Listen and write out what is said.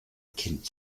kind